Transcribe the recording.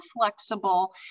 flexible